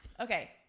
okay